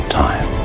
time